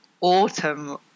autumn